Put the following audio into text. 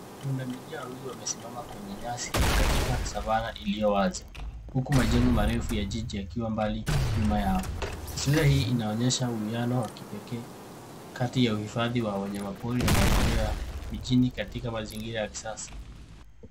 Pundamilia wawili wamesimama kwenye nyasi katika Savannah iliyo wazi huku majengo marefu ya jiji yakiwa mbali nyuma yao. Taswira hii inaonyesha uwiano wa kipekee kati ya uhifadhi wa wanyama pori na maendeleo ya mijini katika mazingira ya kisasa.